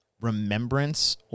remembrance